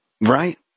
Right